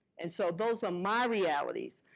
and so those are my realities.